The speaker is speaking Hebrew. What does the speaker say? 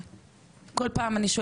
אז תלכו לאתר שלנו,